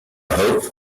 hope